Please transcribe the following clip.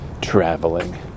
traveling